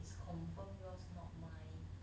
is confirm yours not mine